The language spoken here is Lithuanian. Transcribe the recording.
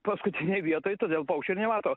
paskutinėj vietoj todėl paukščių ir nemato